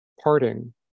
parting